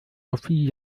sophie